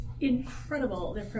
incredible